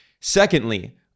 Secondly